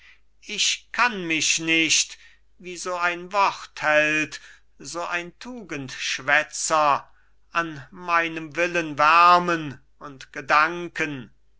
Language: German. ich kann mich nicht wie so ein wortheld so ein tugendschwätzer an meinem willen wärmen und gedanken